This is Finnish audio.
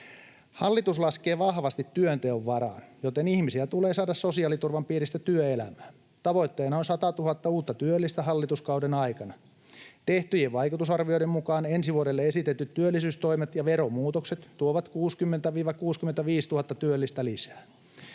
Hallitus laskee vahvasti työnteon varaan, joten ihmisiä tulee saada sosiaaliturvan piiristä työelämään. Tavoitteena on 100 000 uutta työllistä hallituskauden aikana. Tehtyjen vaikutusarvioiden mukaan ensi vuodelle esitetyt työllisyystoimet ja veromuutokset tuovat 60 000—65 000 työllistä lisää.